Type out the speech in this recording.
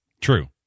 True